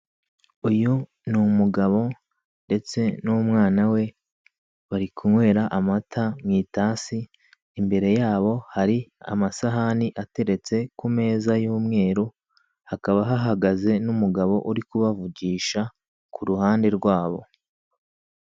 Uyu ni umugabo ndetse n'umwana we, bari kunywera amata mu itasi, imbere yabo hari amasahani ateretse ku meza y'umweru, hakaba hahagaze n'umugabo uri kubavugisha ku ruhande rwabo.